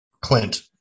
Clint